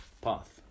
path